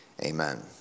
amen